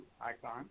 Icon